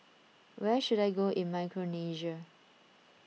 where should I go in Micronesia